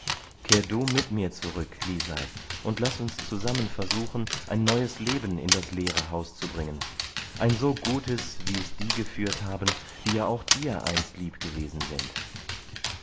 kehr du mit mir zurück lisei und laß uns zusammen versuchen ein neues leben in das leere haus zu bringen ein so gutes wie es die geführt haben die ja auch dir einst lieb gewesen sind